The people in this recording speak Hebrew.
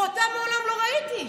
ואותה מעולם לא ראיתי.